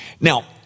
Now